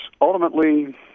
ultimately